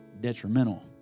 detrimental